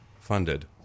funded